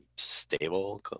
stable